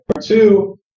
Two